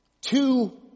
Two